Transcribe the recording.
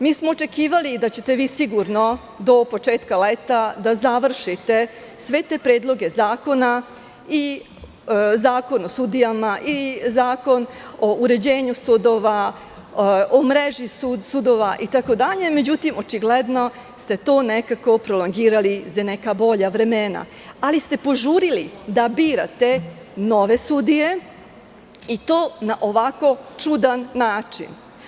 Mi smo očekivali da ćete vi sigurno do početka leta da završite sve te predloge zakona i Zakon o sudijama i Zakon o uređenju sudova, o mreži sudova, itd, međutim, očigledno ste to nekako prolongirali za neka bolja vremena, ali ste požurili da birate nove sudije i to na ovako čudan način.